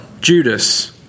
Judas